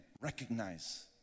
recognize